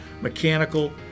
mechanical